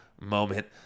moment